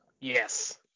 Yes